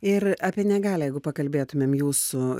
ir apie negalią jeigu pakalbėtume jūsų